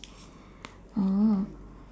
oh